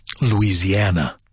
Louisiana